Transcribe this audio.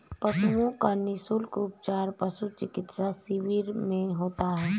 पशुओं का निःशुल्क उपचार पशु चिकित्सा शिविर में होता है